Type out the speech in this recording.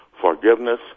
forgiveness